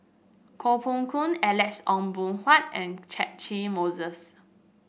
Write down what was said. Koh Poh Koon Alex Ong Boon Hau and Catchick Moses